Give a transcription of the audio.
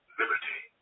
liberty